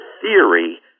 theory